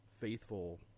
faithful